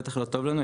זה בטח לא טוב לנו.